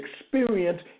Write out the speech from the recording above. experience